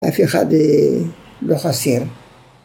‫אף אחד לא חסין